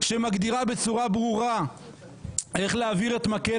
פסיקה שמגדירה בצורה ברורה איך להעביר את מקל